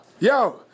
yo